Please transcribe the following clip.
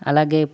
అలాగే